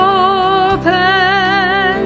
open